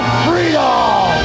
freedom